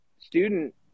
student